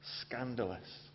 scandalous